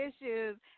issues